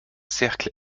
cercle